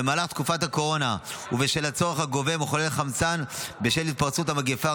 במהלך תקופת הקורונה ובשל הצורך הגובר במחוללי חמצן בשל התפרצות המגפה,